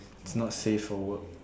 it's not safe for work